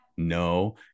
No